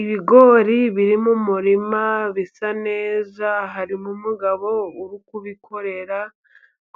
Ibigori biri mu murima bisa neza, harimo umugabo uri kubikorera